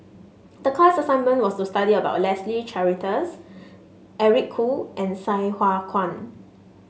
the class assignment was to study about Leslie Charteris Eric Khoo and Sai Hua Kuan